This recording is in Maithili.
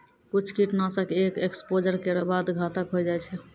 कुछ कीट नाशक एक एक्सपोज़र केरो बाद घातक होय जाय छै